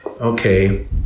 okay